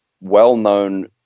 well-known